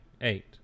Eight